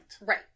right